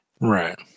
Right